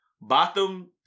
Bottom